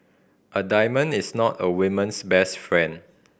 a diamond is not a women's best friend